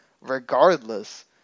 regardless